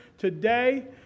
Today